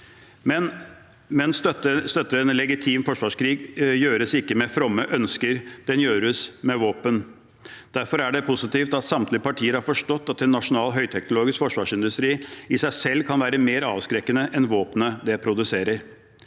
Men å støtte en legitim forsvarskrig gjøres ikke med fromme ønsker. Det gjøres med våpen. Derfor er det positivt at samtlige partier har forstått at en nasjonal, høyteknologisk forsvarsindustri i seg selv kan være mer avskrekkende enn våpnene den produserer.